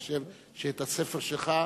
אני חושב שאת הספר שלך,